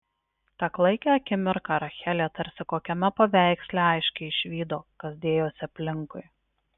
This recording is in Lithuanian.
tą klaikią akimirką rachelė tarsi kokiame paveiksle aiškiai išvydo kas dėjosi aplinkui